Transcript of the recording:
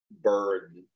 bird